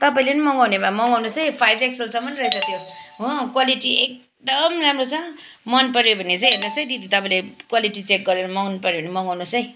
तपाईँले नि मगाउने भए मगाउनुहोस् है फाइभ एक्सएलसम्म रहेछ त्यो हो क्वालिटी एकदम राम्रो छ मन पऱ्यो भने चाहिँ हेर्नुहोस् है तपाईँले क्वालिटी चेक गरेर मगाउनु पऱ्यो भने मगाउनुहोस् है